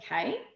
okay